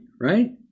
right